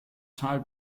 zahl